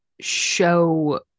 show